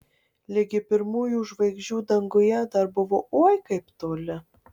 ligi pirmųjų žvaigždžių danguje dar buvo oi kaip toli